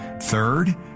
Third